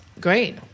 great